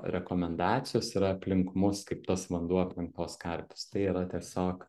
rekomendacijos yra aplink mus kaip tas vanduo aplink tuos karpius tai yra tiesiog